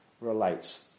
relates